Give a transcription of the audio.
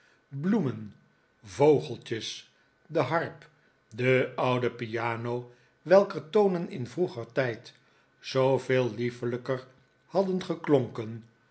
bloemen vogeltjes de harp de oude piano welker tonen in vroeger tijd zooveel liefelijker hadden geklonken